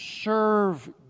serve